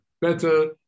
Better